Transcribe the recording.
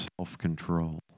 self-control